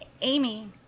Amy